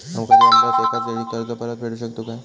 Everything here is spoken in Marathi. आमका जमल्यास एकाच वेळी कर्ज परत फेडू शकतू काय?